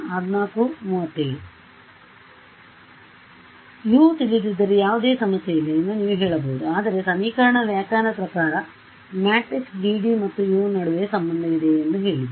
ಆದ್ದರಿಂದ U ತಿಳಿಯದಿದ್ದರೆ ಯಾವುದೇ ಸಮಸ್ಯೆಯಿಲ್ಲ ಎಂದು ನೀವು ಹೇಳಬಹುದು ಆದರೆ ಸಮೀಕರಣದ ವ್ಯಾಖ್ಯಾನದ ಪ್ರಕಾರ ಮ್ಯಾಟ್ರಿಕ್ಸ್ GD ಮತ್ತು U ನಡುವೆ ಸಂಬಂಧವಿದೆ ಎಂದು ಹೇಳಿದೆ